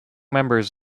members